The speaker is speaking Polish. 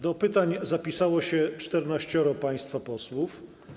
Do pytań zapisało się 14 państwa posłów.